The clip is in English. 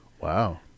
Wow